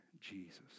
Jesus